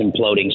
imploding